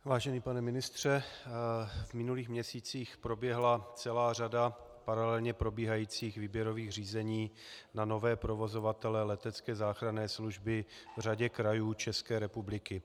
Vážený pane ministře, v minulých měsících proběhla celá řada paralelně probíhajících výběrových řízení na nové provozovatele letecké záchranné služby v řadě krajů České republiky.